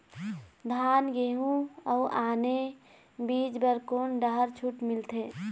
धान गेहूं अऊ आने बीज बर कोन डहर छूट मिलथे?